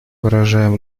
выражаем